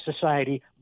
society